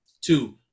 Two